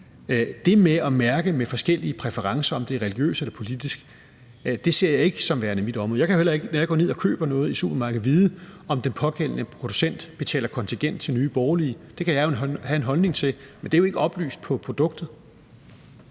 Det med at mærke med forskellige præferencer, om det er religiøse eller politiske, ser jeg ikke som værende mit område. Jeg kan jo heller ikke, når jeg går ned og køber noget i supermarkedet, vide, om den pågældende producent betaler kontingent til Nye Borgerlige. Det kan jeg jo have en holdning til, men det er jo ikke oplyst på produktet.